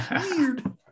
Weird